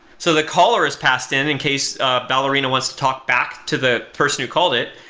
so the caller is passed in in case ballerina wants to talk back to the person who called it,